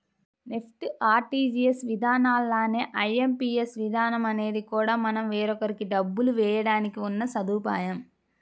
NEFT, RTGS విధానాల్లానే IMPS విధానం అనేది కూడా మనం వేరొకరికి డబ్బులు వేయడానికి ఉన్న సదుపాయం